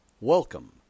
Welcome